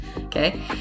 okay